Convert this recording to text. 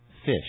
fish